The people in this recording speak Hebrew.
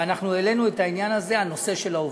ואנחנו העלינו את העניין הזה, בנושא העובדים.